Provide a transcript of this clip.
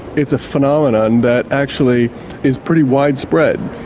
it's a phenomenon that actually is pretty widespread,